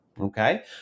Okay